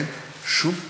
אין שום דבר.